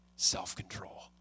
self-control